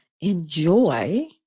enjoy